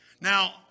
Now